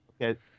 Okay